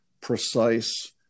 precise